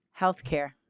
healthcare